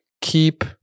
Keep